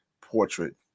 portrait